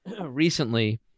Recently